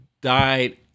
died